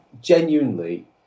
genuinely